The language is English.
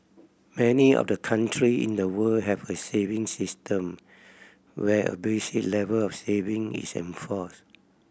many of the country in the world have a savings system where a basic level of saving is enforced